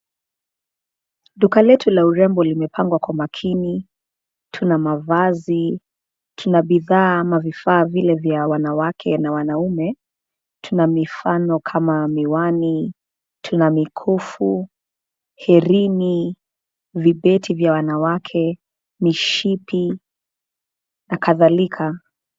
Duka letu la urembo limepangwa kwa makini. Tuna mavazi, tuna bidhaa ama vifaa vile vya wanawake na wanaume, tuna mifano kama miwani, tuna mikufu, herini, vibeti vya wanawake, mishipi na kadhalika.